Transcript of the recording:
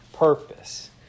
Purpose